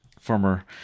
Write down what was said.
Former